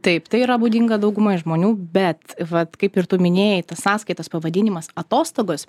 taip tai yra būdinga daugumai žmonių bet vat kaip ir tu minėjai tas sąskaitos pavadinimas atostogos